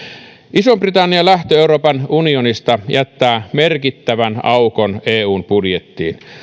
ison britannian lähtö euroopan unionista jättää merkittävän aukon eun budjettiin